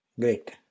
Great